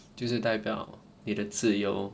就是代表你的自由